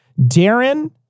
Darren